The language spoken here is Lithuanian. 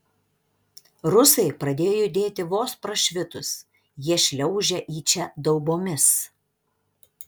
rusai pradėjo judėti vos prašvitus jie šliaužia į čia daubomis